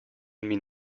mean